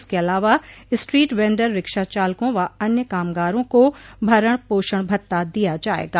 इसके अलावा street vendor rickshaw चालकों व अन्य कामगारों को भरण पोषण भत्ता दिया जायेगा